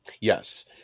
Yes